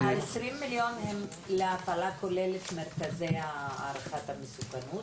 20 מיליון זה להפעלה כוללת למרכזי הערכת המסוכנות?